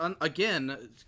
again